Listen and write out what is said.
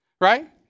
Right